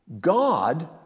God